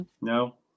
No